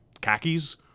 khakis